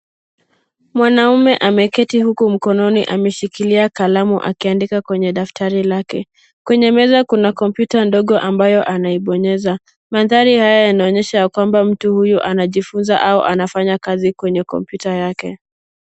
Mwanaume ameketi huku mkononi ameshikilia kalamu akiandika kwenye daftari lake. Kwenye meza kuna kompyuta ndogo ambayo anaibonyeza. Mandhari haya yanaonyesha kwamba mtu huyu anajifunza au anafanya kazi kwenye kompyuta yake.